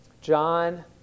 John